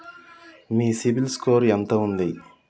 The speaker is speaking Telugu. మీ సిబిల్ స్కోర్ ఎంత ఉంది?